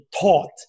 taught